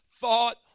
thought